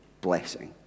blessing